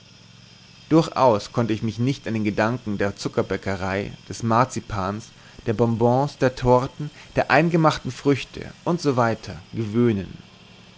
durchaus konnte ich mich nicht an den gedanken der zuckerbäckerei des marzipans der bonbons der torten der eingemachten früchte usw gewöhnen